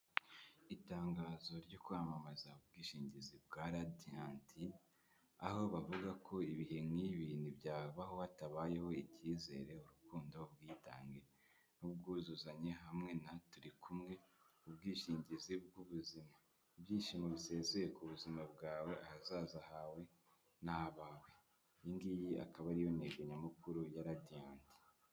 Itangazo ryo kwamamaza ubwishingizi bwa Radiant aho bavuga ko ibihe nk'ibi ntibyabaho hatabayeho icyizere, urukundo, ubwitange n'ubwuzuzanye hamwe na turi kumwe ubwishingizi bw'ubuzima. Ibyishimo bisesuye ku buzima bwawe ahazaza hawe n'abawe. Iyi ngiyi akaba ariyo ntego nyamukuru ya radiant.